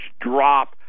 drop